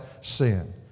sin